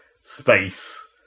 space